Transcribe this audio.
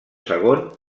segon